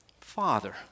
Father